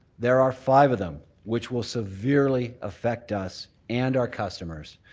there are five of them which will severely affect us and our customers,